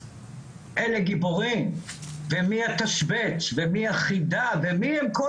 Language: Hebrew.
אלה גיבורים ומי התשבץ ומי החידה ומי הם כל